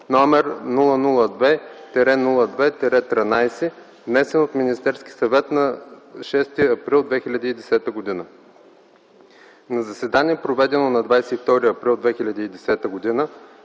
№ 002-02-13, внесен от Министерския съвет на 6 април 2010 г. На заседание, проведено на 22 април 2010 г.,